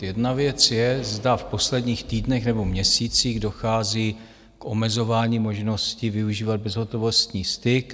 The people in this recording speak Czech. Jedna věc je, zda v posledních týdnech nebo měsících dochází k omezování možností využívat bezhotovostní styk.